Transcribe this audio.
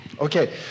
Okay